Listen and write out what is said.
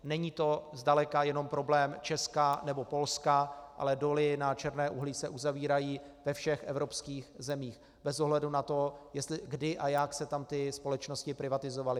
Není to zdaleka jenom problém Česka nebo Polska, ale doly na černé uhlí se uzavírají ve všech evropských zemích bez ohledu na to, kdy a jak se tam ty společnosti privatizovaly.